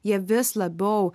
jie vis labiau